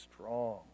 strong